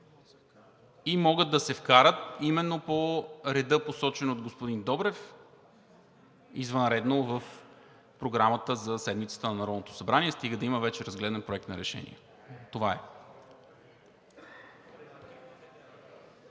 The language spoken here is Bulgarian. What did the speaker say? и могат да се вкарат именно по реда, посочен от господин Добрев – извънредно в Програмата на Народното събрание за седмицата, стига да има вече разгледан проект на решение. Това е.